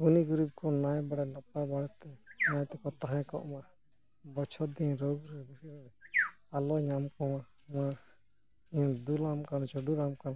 ᱜᱩᱱᱤ ᱜᱩᱨᱤᱵᱽ ᱠᱚ ᱱᱟᱭᱼᱵᱟᱲᱮ ᱱᱟᱯᱟᱭ ᱵᱟᱲᱮ ᱛᱮ ᱱᱟᱭ ᱛᱮᱠᱚ ᱛᱟᱦᱮᱸ ᱠᱚᱜ ᱢᱟ ᱵᱚᱪᱷᱚᱨ ᱫᱤᱱ ᱨᱳᱜᱽ ᱨᱮ ᱵᱤᱜᱷᱤᱱ ᱨᱮ ᱟᱞᱚ ᱧᱟᱢ ᱠᱚᱢᱟ ᱱᱤᱭᱟᱹ ᱫᱩᱞ ᱟᱢ ᱠᱟᱱ ᱪᱚᱰᱚᱨᱟᱢ ᱠᱟᱱ